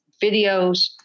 videos